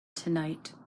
tonight